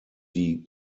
die